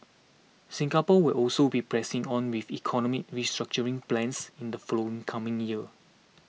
Singapore will also be pressing on with economic restructuring plans in the from coming year